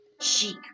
chic